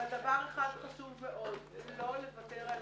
אבל דבר אחד חשוב מאוד, לא לוותר על